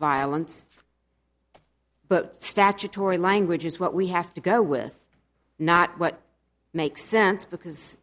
violence but statutory language is what we have to go with not what makes sense because